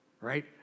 right